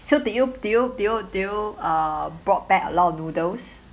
so did you did you did you did you uh brought back a lot of noodles